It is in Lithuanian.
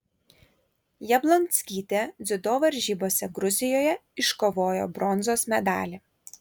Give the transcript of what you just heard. jablonskytė dziudo varžybose gruzijoje iškovojo bronzos medalį